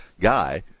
guy